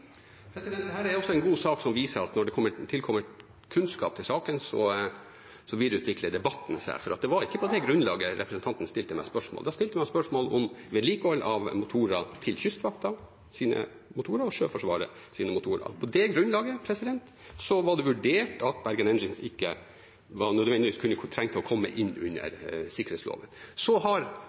er også en god sak som viser at når det tilkommer kunnskap til saken, videreutvikler debatten seg. For det var ikke på det grunnlaget representanten stilte meg spørsmål. Da stilte man spørsmål om vedlikehold av Kystvaktens og Sjøforsvarets motorer. På det grunnlaget var det vurdert at Bergen Engines ikke nødvendigvis trengte å komme inn under sikkerhetsloven. Så har